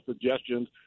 suggestions